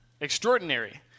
extraordinary